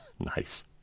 nice